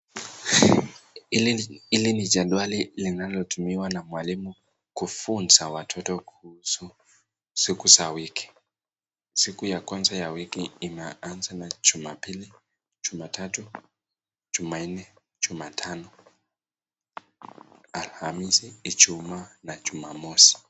Hili ni jedwali linalotumiwa na mwalimu kufunza watoto kuhusu siku za wiki. Siku ya kwanza ya wiki imeanza na Jumapili, Jumatatu, Jumanne, Jumatano, Alhamisi, Ijumaa na Jumamosi.